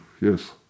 Yes